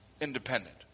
independent